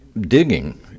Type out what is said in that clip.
digging